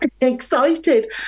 excited